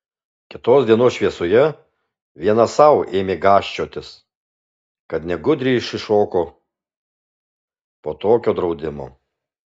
kitos dienos šviesoje viena sau ėmė gąsčiotis kad negudriai išsišoko po tokio draudimo